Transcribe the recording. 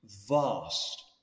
vast